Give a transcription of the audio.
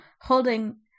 holding